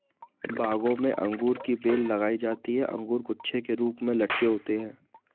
बागों में अंगूर की बेल लगाई जाती है अंगूर गुच्छे के रूप में लटके होते हैं